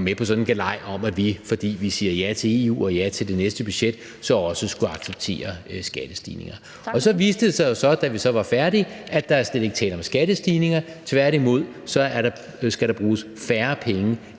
med på sådan en galej om, at vi, fordi vi siger ja til EU og ja til det næste budget, så også skulle acceptere skattestigninger. Og så viste det sig jo, da vi så var færdige, at der slet ikke er tale om skattestigninger. Tværtimod skal der bruges færre penge,